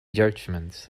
judgements